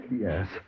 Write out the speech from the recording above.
Yes